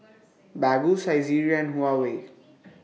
Baggu Saizeriya and Huawei